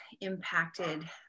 impacted